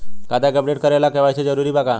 खाता के अपडेट करे ला के.वाइ.सी जरूरी बा का?